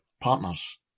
partners